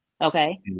Okay